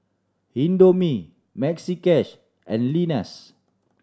Indomie Maxi Cash and Lenas